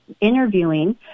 interviewing